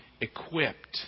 equipped